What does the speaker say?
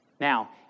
Now